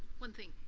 one thing.